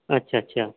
अच्छा अच्छा